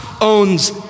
owns